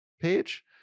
page